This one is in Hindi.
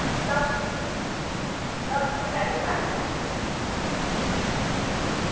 हाँ सब सब कुछ का दुकान है हाँ